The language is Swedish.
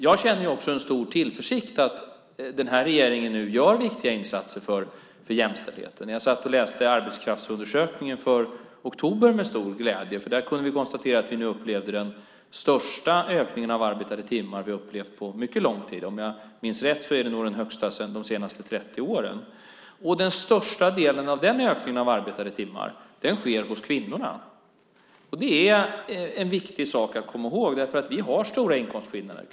Jag känner också en stor tillförsikt när det gäller att denna regering gör viktiga insatser för jämställdheten. Jag satt och läste arbetskraftsundersökningen för oktober med stor glädje. Där konstateras att vi nu upplever den största ökningen av antalet arbetade timmar på mycket lång tid. Om jag minns rätt är det nog den största under de senaste 30 åren. Den största delen av ökningen av antalet arbetade timmar sker hos kvinnorna. Det är viktigt att komma ihåg därför att vi har stora inkomstskillnader.